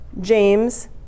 James